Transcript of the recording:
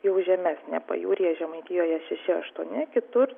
jau žemesnė pajūryje žemaitijoje šeši aštuoni kitur